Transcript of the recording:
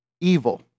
evil